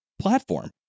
platform